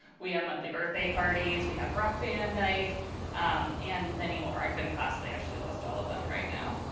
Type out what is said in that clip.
we have monthly birthday parties. we have rock band night and many more. i couldn't possibly actually list all of them right now.